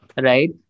Right